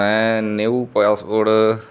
ਮੈਂ new passport